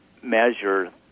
measure